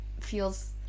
feels